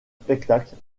spectacle